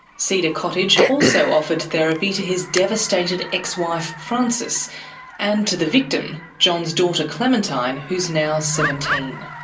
cedar cottage also offered therapy to his devastated ex-wife francis and to the victim, john's daughter clementine, who's now seventeen.